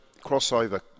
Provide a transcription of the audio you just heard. crossover